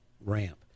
ramp